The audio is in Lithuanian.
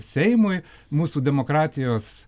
seimui mūsų demokratijos